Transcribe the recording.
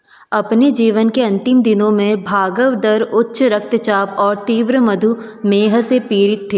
अपने जीवन के अंतिम दिनों में भागवदर उच्च रक्तचाप और तीव्र मधुमेह से पीड़ित थे